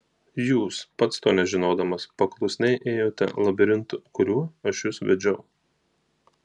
jūs pats to nežinodamas paklusniai ėjote labirintu kuriuo aš jus vedžiau